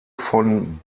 von